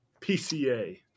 PCA